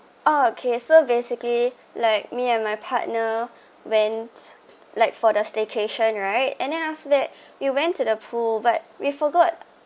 oh okay so basically like me and my partner went like for the staycation right and then after that we went to the pool but we forgot